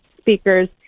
speakers